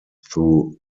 through